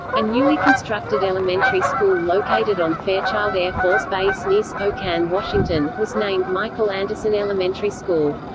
a newly constructed elementary school located on fairchild air force base near spokane, washington, was named michael anderson elementary school.